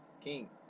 king